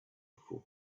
for